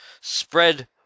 spread